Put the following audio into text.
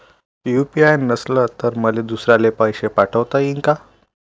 UPI नसल तर मले दुसऱ्याले पैसे पाठोता येईन का?